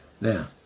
Now